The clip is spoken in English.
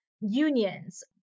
unions